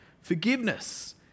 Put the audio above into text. forgiveness